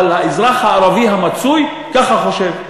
אבל האזרח הערבי המצוי ככה חושב,